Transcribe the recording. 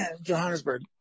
Johannesburg